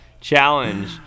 challenge